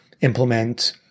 implement